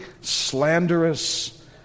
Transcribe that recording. slanderous